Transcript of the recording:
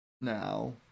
now